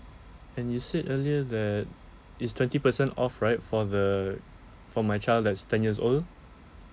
and you said earlier that it's twenty percent off right for the for my child that's ten years old